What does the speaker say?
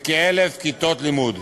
בכ-1,000 כיתות לימוד.